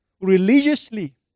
religiously